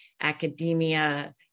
academia